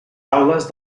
aules